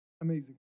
amazing